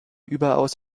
überaus